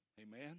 Amen